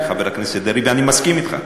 דיפרנציאלי, חבר הכנסת דרעי, ואני מסכים אתך.